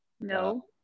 No